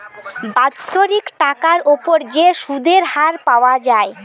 বাৎসরিক টাকার উপর যে সুধের হার পাওয়া যায়